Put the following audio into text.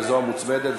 וזו המוצמדת,